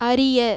அறிய